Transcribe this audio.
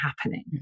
happening